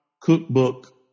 cookbook